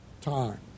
time